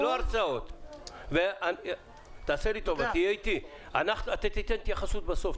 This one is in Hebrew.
תן את ההתייחסות בסוף.